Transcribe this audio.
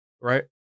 Right